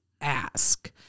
ask